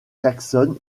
jackson